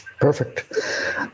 Perfect